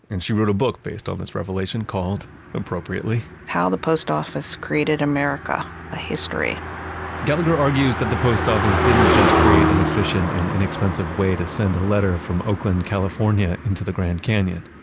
and she wrote a book based on this revelation called appropriately, how the post office created america a history gallagher argues that the post office didn't just create an efficient and inexpensive way to send a letter from oakland, california into the grand canyon,